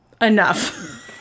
enough